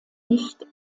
nicht